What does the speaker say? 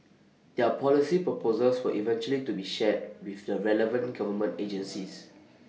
their policy proposals will eventually be shared with the relevant government agencies